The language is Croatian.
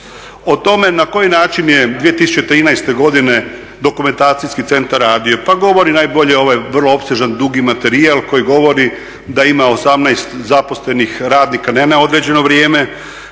O tome na koji način je 2013. godine dokumentacijski centar radio pa govori najbolje ovaj vrlo opsežan, dugi materijal koji govori da ima 18 zaposlenih radnika ne na određeno vrijeme,